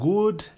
Good